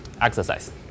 Exercise